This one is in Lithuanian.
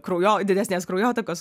kraujo didesnės kraujotakos